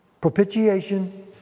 Propitiation